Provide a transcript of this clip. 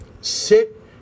sit